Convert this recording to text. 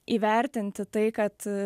įvertinti tai kad